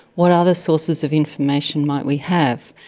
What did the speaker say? what other sources of information might we have?